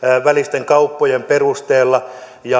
välisten kauppojen perusteella